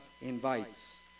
invites